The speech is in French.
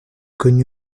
connue